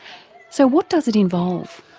so what does it involve?